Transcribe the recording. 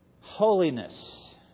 holiness